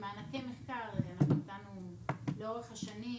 מהכספים הם ממענקי מחקר שקיבלנו לאורך השנים.